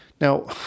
Now